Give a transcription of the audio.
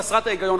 חסרת ההיגיון.